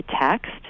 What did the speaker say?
text